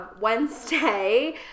wednesday